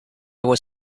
was